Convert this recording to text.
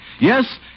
Yes